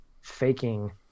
faking